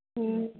हँ